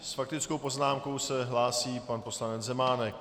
S faktickou poznámkou se hlásí pan poslanec Zemánek.